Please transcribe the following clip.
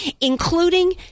including